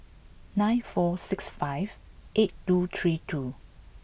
nine four six five eight two three two